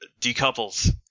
decouples